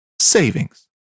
savings